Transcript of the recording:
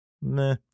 meh